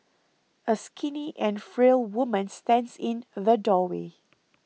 a skinny and frail woman stands in the doorway